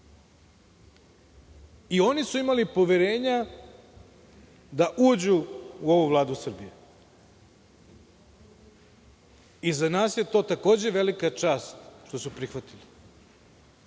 su imali poverenja da uđu u ovu vladu Srbije i za nas je to takođe velika čast što su to prihvatili.